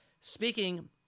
Speaking